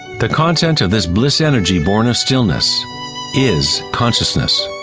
the content of this bliss energy born of stillness is consciousness.